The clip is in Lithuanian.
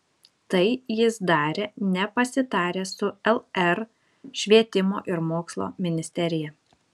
tai jis darė nepasitaręs su lr švietimo ir mokslo ministerija